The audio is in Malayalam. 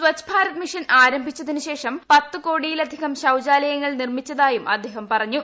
സ്വച്ഛ് ഭാരത് മിഷൻ ആരംഭിച്ചതിനു ശേഷം പത്ത് കോടിയിലധികം ശൌചാലയങ്ങൾ നീർമ്മിച്ചതായും അദ്ദേഹം പറഞ്ഞു